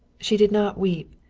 she did not weep,